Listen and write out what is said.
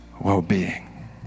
well-being